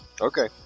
Okay